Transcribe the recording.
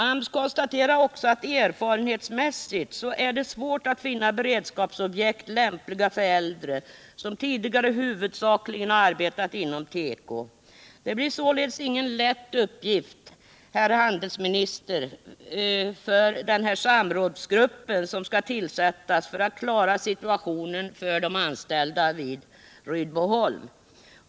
AMS konstaterar också att det erfarenhetsmässigt är svårt att finna beredskapsobjekt lämpliga för äldre, som tidigare huvudsakligen arbetat inom tekoområdet. Det blir således ingen lätt uppgift, herr handelsminister, för den samrådsgrupp som skall tillsättas för att klara upp situationen för de anställda vid Rydboholms.